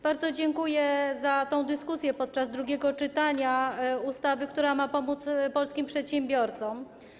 Bardzo dziękuję za tę dyskusję podczas drugiego czytania ustawy, która ma pomóc polskim przedsiębiorcom.